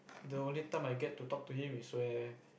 the only time I get to talk to him is when